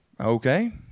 okay